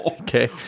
okay